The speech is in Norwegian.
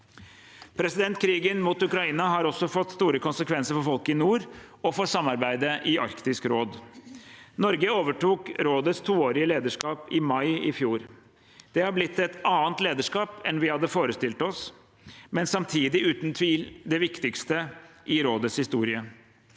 regelverk. Krigen mot Ukraina har også fått store konsekvenser for folk i nord og for samarbeidet i Arktisk råd. Norge overtok rådets toårige lederskap i mai i fjor. Det har blitt et annet lederskap enn vi hadde forestilt oss, men samtidig uten tvil det viktigste i rådets historie.